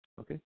okay